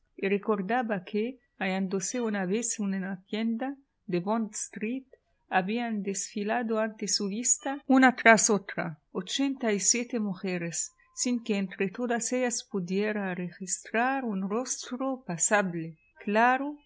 recordaba que hallándose una vez en una tienda de bond street habían desfilado ante su vista una tras otra ochenta y siete mujeres sin que entre todas ellas pudiera registrar un rostro pasable claro